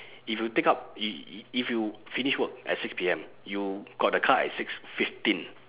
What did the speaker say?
if you take up i~ if you finish work at six P_M if you got the car at six fifteen